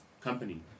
Company